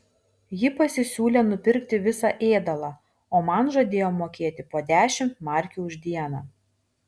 ji pasisiūlė nupirkti visą ėdalą o man žadėjo mokėti po dešimt markių už dieną